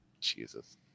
Jesus